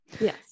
yes